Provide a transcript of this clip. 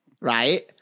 right